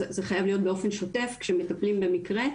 זה חייב להיות באופן שוטף כשמטפלים במקרה.